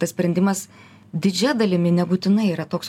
tas sprendimas didžia dalimi nebūtinai yra toks